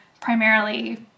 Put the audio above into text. primarily